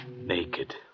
Naked